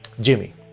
Jimmy